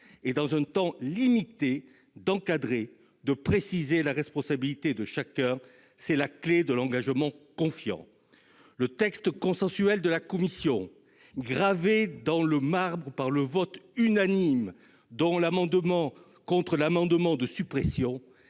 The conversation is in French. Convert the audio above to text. et, dans un temps limité, d'encadrer et de préciser la responsabilité de chacun. C'est la clé de l'engagement dans la confiance. Le texte consensuel de la commission, gravé dans le marbre par le vote unanime contre l'amendement de suppression,